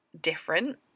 different